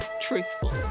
truthful